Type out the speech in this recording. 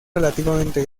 relativamente